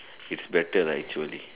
it's better lah actually